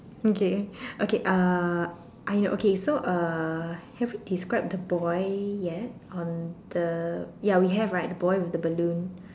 okay okay uh I know okay so uh have we describe the boy yet on the ya we have right the boy with the balloon